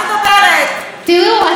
דיברת על דמוקרטיה מהבית שלך,